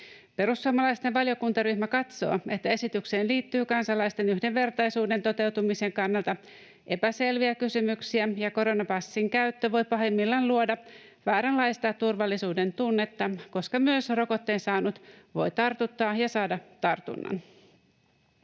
Perussuomalaisten valiokuntaryhmä katsoo, että esitykseen liittyy kansalaisten yhdenvertaisuuden toteutumisen kannalta epäselviä kysymyksiä, ja koronapassin käyttö voi pahimmillaan luoda vääränlaista turvallisuuden tunnetta, koska myös rokotteen saanut voi tartuttaa ja saada tartunnan.